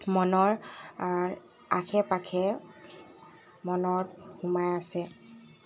মনৰ আশে পাশে মনত সোমাই আছে